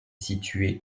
situé